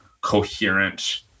coherent